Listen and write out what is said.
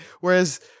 Whereas